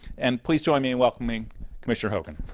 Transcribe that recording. and please join me in welcoming commissioner hogan.